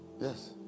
Yes